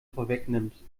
vorwegnimmt